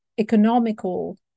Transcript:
economical